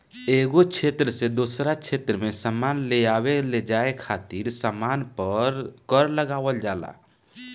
एगो क्षेत्र से दोसरा क्षेत्र में सामान लेआवे लेजाये खातिर सामान पर कर लगावल जाला